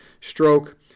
stroke